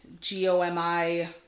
g-o-m-i